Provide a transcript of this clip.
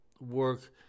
work